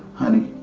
honey,